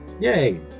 Yay